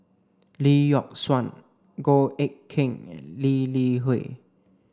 Lee Yock Suan Goh Eck Kheng and Lee Li Hui